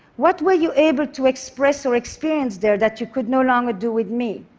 what were you able to express or experience there that you could no longer do with me?